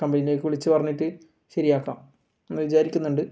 കമ്പനീലേക്ക് വിളിച്ച് പറഞ്ഞിട്ട് ശരിയാക്കാം എന്ന് വിചാരിക്കുന്നുണ്ട്